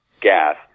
gas